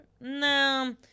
No